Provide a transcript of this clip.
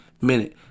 minute